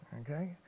okay